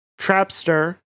Trapster